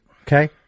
Okay